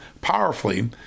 powerfully